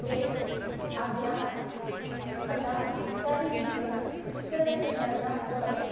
ते आपल्या कला त्या भिंतीवर चित्र रेखाटनाच्या द्वारे